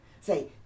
Say